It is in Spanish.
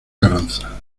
carranza